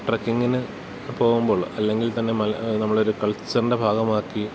ട്രക്കിങ്ങിന് പോകുമ്പോള് അല്ലെങ്കിൽത്തന്നെ നമ്മളൊരു കൾച്ചറിൻ്റെ ഭാഗമാക്കി